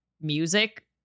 music